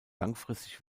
langfristig